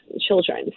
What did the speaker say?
children